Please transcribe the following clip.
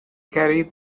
carry